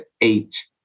eight